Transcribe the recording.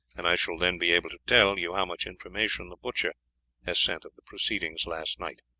and i shall then be able to tell, you how much information the butcher has sent of the proceedings last night.